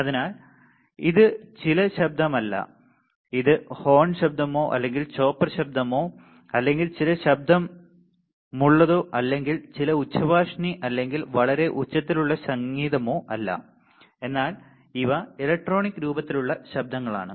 അതിനാൽ ഇത് ചില ശബ്ദമല്ല ഇത് ഹോൺ ശബ്ദമോ അല്ലെങ്കിൽ ചോപ്പർ ശബ്ദമോ അല്ലെങ്കിൽ ചില ശബ്ദമുള്ളതോ അല്ലെങ്കിൽ ചില ഉച്ചഭാഷിണി അല്ലെങ്കിൽ വളരെ ഉച്ചത്തിലുള്ള സംഗീതമോ അല്ല എന്നാൽ ഇവ ഇലക്ട്രോണിക് രൂപത്തിലുള്ള ശബ്ദങ്ങളാണ്